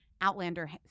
Outlander